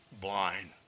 blind